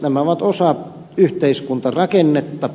nämä ovat osa yhteiskuntarakennetta